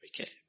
Okay